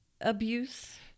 abuse